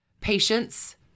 patience